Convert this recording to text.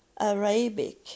Arabic